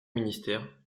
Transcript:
ministère